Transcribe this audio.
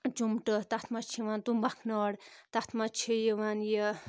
چُمٹہٕ تَتھ منٛز چھِ یِوان تُمبَکھ نٲر تَتھ منٛز چھِ یِوان یہِ